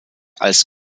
als